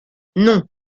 non